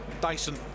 Dyson